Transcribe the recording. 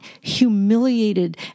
humiliated